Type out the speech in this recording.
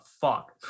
fuck